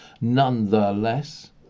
Nonetheless